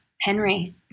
Henry